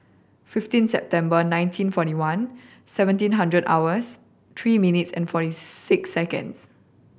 fifteen September nineteen forty one seventeen hundred hours three minutes and forty six seconds